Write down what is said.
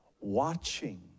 watching